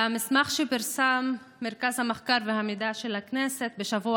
במסמך שפרסם מרכז המחקר והמידע של הכנסת בשבוע